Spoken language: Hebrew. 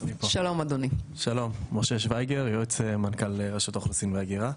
משה שוייגר, יועץ מנכ"ל רשות האוכלוסין וההגירה.